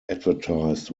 advertised